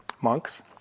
monks